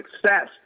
success